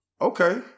okay